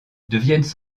deviennent